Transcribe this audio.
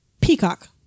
peacock